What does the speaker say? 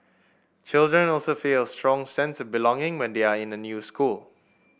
children also feel a strong sense of belonging when they are in a new school